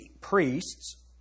priests